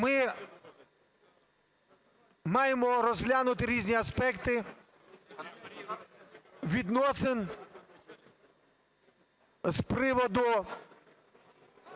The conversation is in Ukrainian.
ми маємо розглянути різні аспекти відносин з приводу